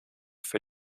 für